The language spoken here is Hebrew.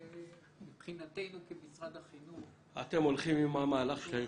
מבחינתנו כמשרד החינוך, תומכים באיחוד.